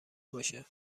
باشه